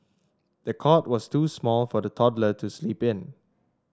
the cot was too small for the toddler to sleep in